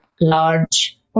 large